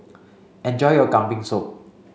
enjoy your Kambing soup